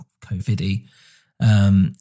COVID-y